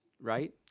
right